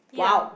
!wow!